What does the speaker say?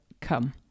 come